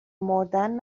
مردن